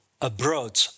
abroad